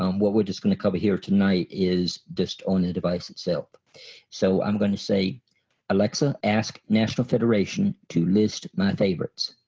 um what we're just going to cover here tonight is just on the device itself so i'm gonna say alexa ask national federation to list my favorites.